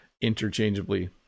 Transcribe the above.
interchangeably